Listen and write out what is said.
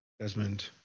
Desmond